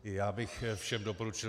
I já bych všem doporučil.